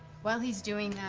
while he's doing that,